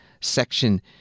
Section